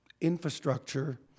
infrastructure